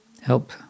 help